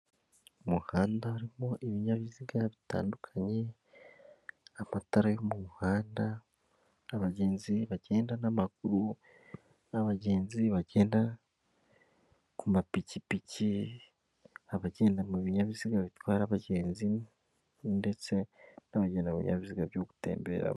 Umuhanda urimo ibinyabiziga bitandukanye , amatara yo mu muhanda, abagenzi bagenda n'amaguru, n'abagenzi bagenda ku mapikipiki, abagenda mu binyabiziga bitwara abagenzi ndetse n'abagenda mu binyabiziga byo gutemberamo.